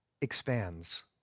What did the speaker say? expands